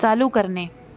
चालू करणे